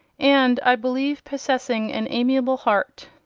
and, i believe, possessing an amiable heart.